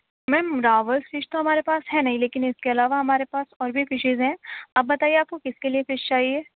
میم راوس فش تو ہمارے پاس ہے نہیں لیکن اس کے علاوہ ہمارے پاس اور بھی فشیز ہیں آپ بتائیے آپ کو کس کے لئے فش چاہیے